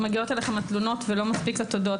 מגיעות אליכם התלונות ולא מספיק התודות,